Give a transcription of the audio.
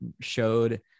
showed